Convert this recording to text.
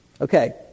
Okay